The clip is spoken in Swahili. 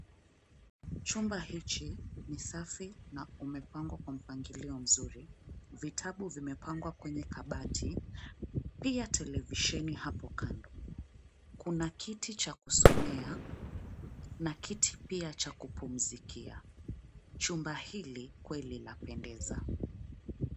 Chumba hichi ni safi na umepangwa kwa mpangilio mzuri. Vitabu vimepangwa kwenye kabati pia televisheni hapo kando. Kuna kiti cha kusomea na kiti pia cha kupumzikia. Chumba hili kweli lapendeza.